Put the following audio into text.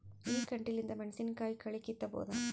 ಈ ಕಂಟಿಲಿಂದ ಮೆಣಸಿನಕಾಯಿ ಕಳಿ ಕಿತ್ತಬೋದ?